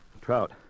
Trout